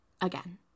again